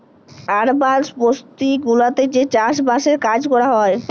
আরবাল বসতি গুলাতে যে চাস বাসের কাজ ক্যরা হ্যয়